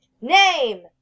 Name